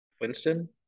Winston